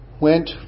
went